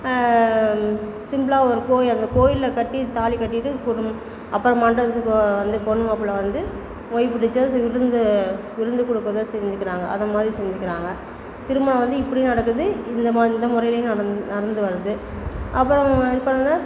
சிம்பிளாக ஒரு கோயில் அந்த கோயிலில் கட்டி தாலிக்கட்டிகிட்டு குடும் அப்புறம் மண்டபத்துக்கு வந்து பொண்ணு மாப்பிள்ள வந்து விருந்து விருந்து கொடுக்கறத செஞ்சுக்கிறாங்க அதமாதிரி செஞ்சுக்கிறாங்க திரும்ப வந்து இப்படியும் நடக்குது இந்தமா இந்த முறையிலேயும் நடந் நடந்து வருது அப்புறம் இது பண்ணோடன்னே